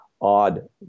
odd